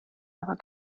aber